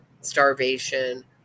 starvation